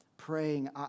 praying